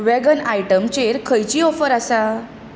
vegan आयटमचेर खंयची offer आसा